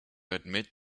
admit